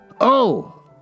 Oh